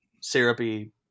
syrupy